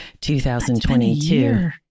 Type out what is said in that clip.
2022